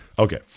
Okay